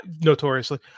notoriously